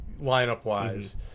lineup-wise